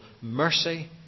mercy